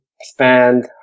spend